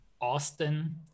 Austin